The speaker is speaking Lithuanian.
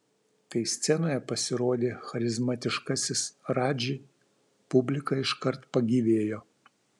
kai scenoje pasirodė charizmatiškasis radži publika iškart pagyvėjo